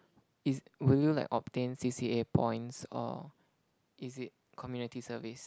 is will you like obtain C_C_A points or is it Community Service